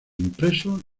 impreso